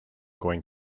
going